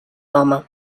home